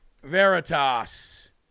Veritas